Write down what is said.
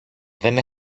δεν